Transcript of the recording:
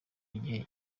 gihe